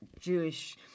Jewish